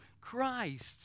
Christ